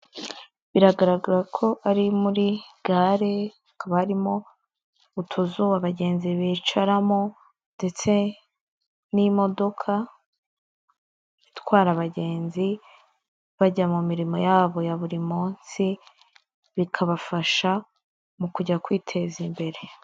Biragaragara ko ari muri gare hakaba harimo utuzu abagenzi bicaramo, ndetse n'imodoka itwara abagenzi bajya mu mirimo yabo ya buri munsi, bikabafasha mu kujya kwiteza imbere.